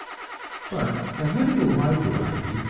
but by having a wide variety,